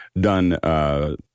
done